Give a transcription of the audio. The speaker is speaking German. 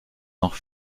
noch